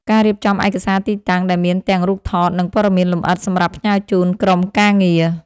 ការរៀបចំឯកសារទីតាំង ដែលមានទាំងរូបថត និងព័ត៌មានលម្អិតសម្រាប់ផ្ញើជូនក្រុមការងារ។